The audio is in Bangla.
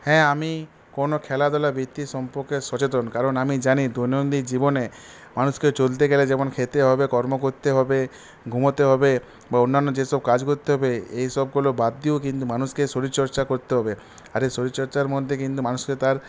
হ্যাঁ আমি কোনো খেলাধুলার বৃত্তি সম্পর্কে সচেতন কারণ আমি জানি দৈনন্দিন জীবনে মানুষকে চলতে গেলে যেমন খেতে হবে কর্ম করতে হবে ঘুমোতে হবে বা অন্যান্য যেসব কাজ করতে হবে এসবগুলো বাদ দিয়েও কিন্তু মানুষকে শরীরচর্চা করতে হবে আর এই শরীরচর্চার মধ্যে কিন্তু মানুষকে তার